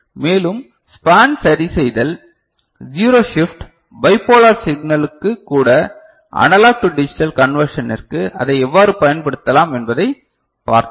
மேலும் ஸ்பான் சரிசெய்தல் zero shift bipolar சிக்னலுக்கு கூட அனலாக் டு டிஜிட்டல் கன்வெர்ஷனிற்கு அதை எவ்வாறு பயன்படுத்தலாம் என்பதைப் பார்த்தோம்